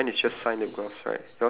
two tablets right okay